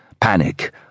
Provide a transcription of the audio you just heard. panic